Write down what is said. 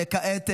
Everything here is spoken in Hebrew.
וכעת,